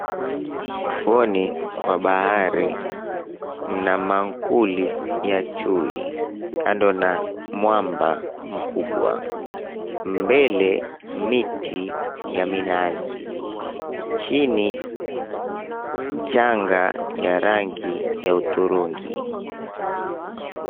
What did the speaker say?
Ufuoni mwa bahari mna maankuli ya chui kando na mwamba mkubwa. Mbele miti ya minazi, chini mchanga ya rangi ya hudhurungi.